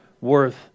worth